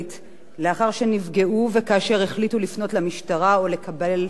לאחר שנפגעו וכאשר החליטו לפנות למשטרה או לקבל סיוע.